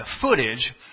footage